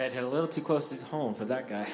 that's a little too close to home for that guy